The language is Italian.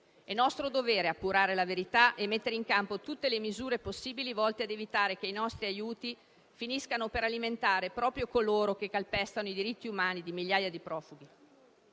È nostro dovere appurare la verità e mettere in campo tutte le misure possibili volte a evitare che i nostri aiuti finiscano per alimentare proprio coloro che calpestano i diritti umani di migliaia di profughi.